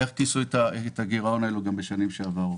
כיסו את הגירעון הזה בשנים הקודמות: